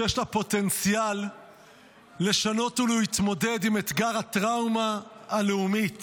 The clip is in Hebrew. שיש לה פוטנציאל לשנות ולהתמודד עם אתגר הטראומה הלאומית